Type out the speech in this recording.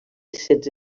setze